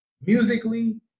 musically